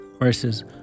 Verses